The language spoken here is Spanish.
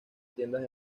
tiendas